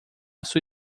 sua